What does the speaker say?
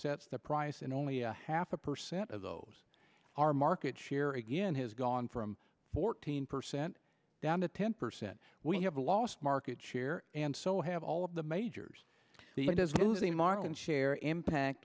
sets the price and only a half a percent of those our market share again has gone from fourteen percent down to ten percent we have lost market share and so have all of the majors he does know the marlins share impact